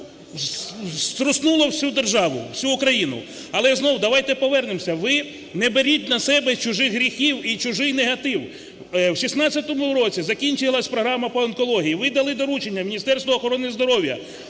струснуло всю державу, всю Україну. Але, знову давайте повернемося, ви не беріть на себе чужих гріхів і чужий негатив. В 16-му році закінчилась програма по онкології, ви дали доручення Міністерству охорони здоров'я